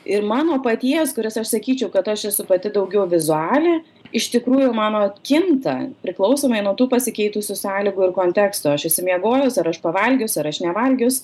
ir mano paties kurias aš sakyčiau kad aš esu pati daugiau vizualė iš tikrųjų mano kinta priklausomai nuo tų pasikeitusių sąlygų ir konteksto aš išsimiegojus ar aš pavalgius ar aš nevalgius